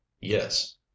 Yes